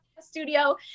studio